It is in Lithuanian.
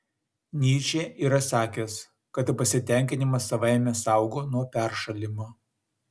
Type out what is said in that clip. nyčė yra sakęs kad pasitenkinimas savaime saugo nuo peršalimo